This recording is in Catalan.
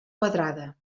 quadrada